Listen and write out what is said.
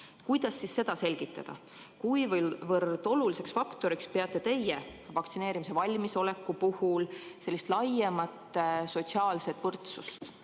Kuidas siis seda selgitada? Kuivõrd oluliseks faktoriks peate teie vaktsineerimiseks valmisoleku puhul sellist laiemat sotsiaalset võrdsust